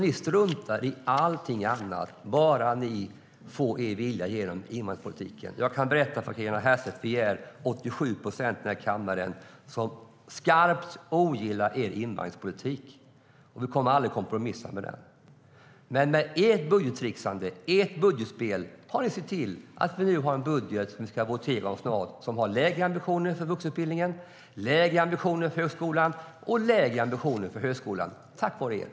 Ni struntar i allt annat så länge ni får er vilja igenom i invandringspolitiken. Men vi är 87 procent här i kammaren som skarpt ogillar er invandringspolitik, och vi kommer aldrig att kompromissa med det.